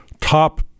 top